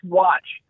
watch